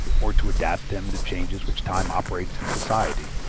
or to adapt them the changes which time operates in society,